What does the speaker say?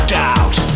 doubt